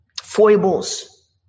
foibles